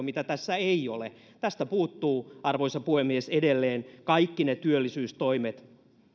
mitä tässä ei ole tästä puuttuu arvoisa puhemies edelleen kaikki ne työllisyystoimet